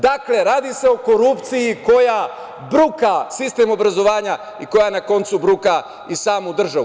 Dakle, radi se o korupciji koja bruka sistem obrazovanja i koja na koncu bruka i samu državu.